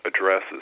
addresses